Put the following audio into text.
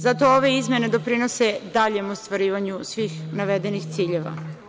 Zato ove izmene doprinose daljem ostvarivanju svih navedenih ciljeva.